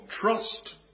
trust